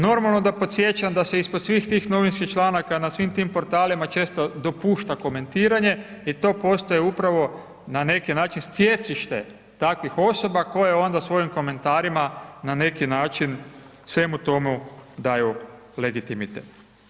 Normalno da podsjećam da se ispod svih tih novinskih članaka na svim tim portalima često dopušta komentiranje i to postaje upravo na neki način sjecište takvih osoba koje onda svojim komentarima na neki način svemu tomu daju legitimitet.